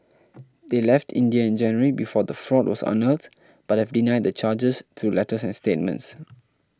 they left India in January before the fraud was unearthed but have denied the charges through letters and statements